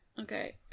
Okay